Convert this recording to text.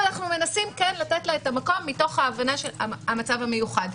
אבל אנחנו כן מנסים לתת לה את המקום מתוך ההבנה של המצב המיוחד.